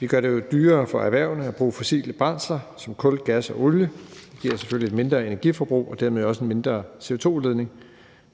Vi gør det jo dyrere for erhvervene at bruge fossile brændsler som kul, gas og olie, og det giver selvfølgelig et mindre energiforbrug og dermed også en mindre CO2-udledning